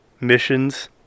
missions